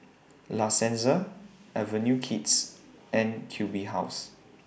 La Senza Avenue Kids and Q B House